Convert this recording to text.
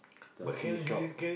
the key shop